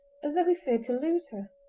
as though he feared to lose her.